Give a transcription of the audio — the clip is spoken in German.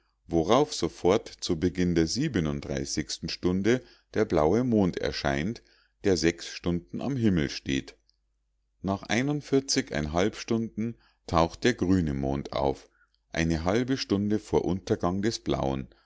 worauf sofort zu beginn der stunde der blaue mond erscheint der sechs stunden am himmel steht nach stunden taucht der grüne mond auf eine halbe stunde vor untergang des blauen